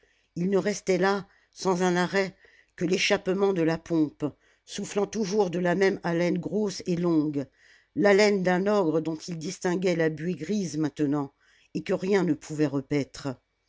il ne restait là sans un arrêt que l'échappement de la pompe soufflant toujours de la même haleine grosse et longue l'haleine d'un ogre dont il distinguait la buée grise maintenant et que rien ne pouvait repaître